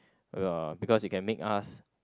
ya because it can make us